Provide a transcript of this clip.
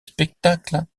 spectacle